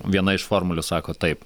viena iš formulių sako taip